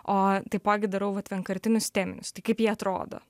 o taipogi darau vat vienkartinius teminius tai kaip jie atrodo